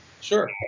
Sure